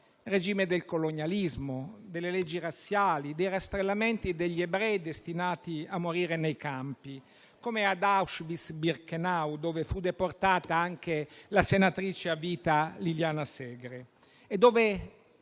regime del colonialismo, delle leggi razziali, dei rastrellamenti degli ebrei destinati a morire nei campi di concentramento, come ad Auschwitz e Birkenau, dove fu deportata anche la senatrice a vita Liliana Segre